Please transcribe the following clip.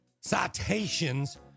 citations